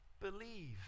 believe